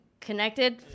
connected